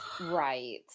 Right